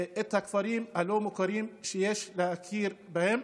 והכפרים הלא-מוכרים שיש להכיר בהם.